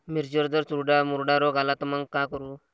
मिर्चीवर जर चुर्डा मुर्डा रोग आला त मंग का करू?